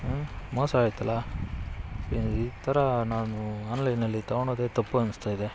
ಹ್ಞೂ ಮೋಸ ಆಯಿತಲ್ಲ ಈ ಥರ ನಾನು ಆನ್ಲೈನಲ್ಲಿ ತೊಗೊಳ್ಳೋದೆ ತಪ್ಪು ಅನ್ನಿಸ್ತಾಯಿದೆ